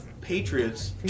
Patriots